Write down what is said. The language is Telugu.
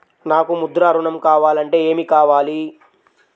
నాకు ముద్ర ఋణం కావాలంటే ఏమి కావాలి?